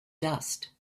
dust